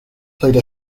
played